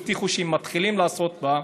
הבטיחו שהם מתחילים לעסוק בה,